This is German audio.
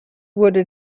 wurde